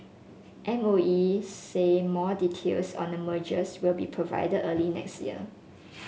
M O E say more details on the mergers will be provide early next year